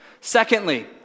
Secondly